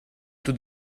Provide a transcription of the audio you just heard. taux